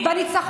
תהיו